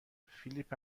فیلیپ